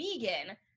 vegan